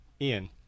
Ian